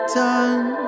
done